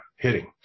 Hitting